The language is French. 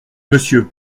monsieur